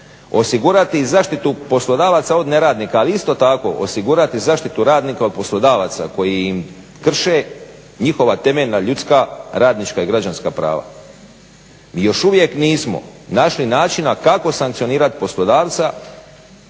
osigurati zaštitu poslodavaca od neradnika, ali isto tako osigurati zaštitu radnika od poslodavaca koji im krše njihova temeljna ljudska radnička i građanska prava. Mi još uvijek nismo našli načina kako sankcionirati poslodavca